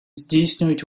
здійснюють